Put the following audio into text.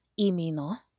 Imino